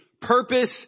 Purpose